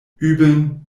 üben